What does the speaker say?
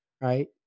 Right